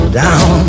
down